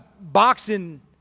boxing